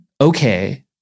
Okay